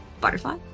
butterfly